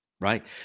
right